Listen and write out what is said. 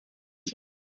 here